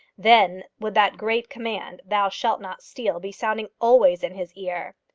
then would that great command, thou shalt not steal, be sounding always in his ear!